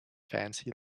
fancy